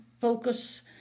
focus